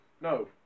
no